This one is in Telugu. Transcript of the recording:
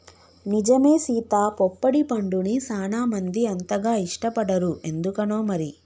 నిజమే సీత పొప్పడి పండుని సానా మంది అంతగా ఇష్టపడరు ఎందుకనో మరి